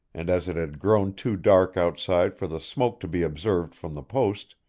and as it had grown too dark outside for the smoke to be observed from the post,